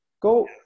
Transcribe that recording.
Go